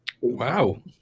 Wow